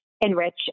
enrich